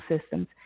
systems